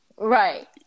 right